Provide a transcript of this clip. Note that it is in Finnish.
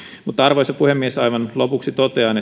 arvoisa puhemies aivan lopuksi totean